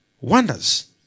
Wonders